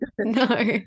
No